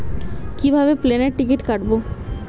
কিভাবে প্লেনের টিকিট কাটব?